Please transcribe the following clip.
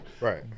Right